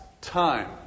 time